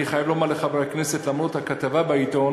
אני חייב לומר לחברי הכנסת שלמרות פרסום הכתבה בעיתון